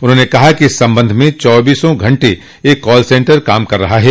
उन्होंने कहा कि इस संबंध में चौबीसों घंटे एक कॉल सेंटर कार्य कर रहा है